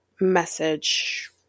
message